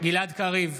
גלעד קריב,